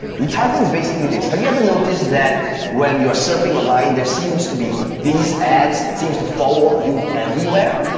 retargeting is basically this. have you ever noticed that when you're surfing online there seems to be these ads that seems to follow you everywhere?